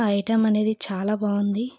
item అనేది చాలా బాగుంది